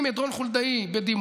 תשימי את רון חולדאי בדימונה,